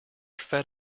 fed